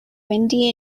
windy